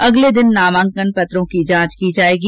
अगले दिन नामांकन पत्रों की जांच होगी